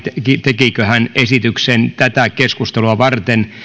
tekikö hän esityksen tätä keskustelua varten